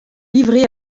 livrés